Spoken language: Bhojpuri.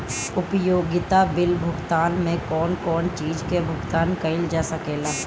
उपयोगिता बिल भुगतान में कौन कौन चीज के भुगतान कइल जा सके ला?